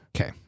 okay